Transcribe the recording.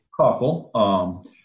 couple